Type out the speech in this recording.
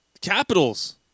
Capitals